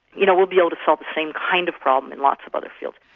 you know we'd be able to solve the same kind of problem in lots of other fields.